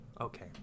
Okay